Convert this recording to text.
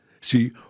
See